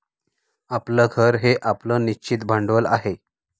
आपलं घर हे आपलं निश्चित भांडवल आहे